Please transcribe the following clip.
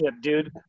dude